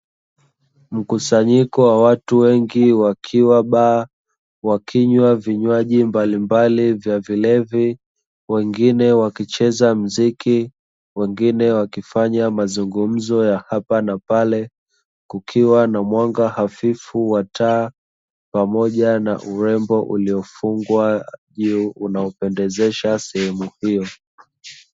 Mkusanyiko wa watu wengi wakiwa baa, wakinywa vinywaji mbalimbali vya vilevi, wengine wakicheza mziki, wengine wakifanya mazungumzo ya hapa na pale, kukiwa na mwanga hafifu wa taa, pamoja na urembo uliofungwa juu unaopendezesha sehemu hiyo.